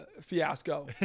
fiasco